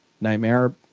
Nightmare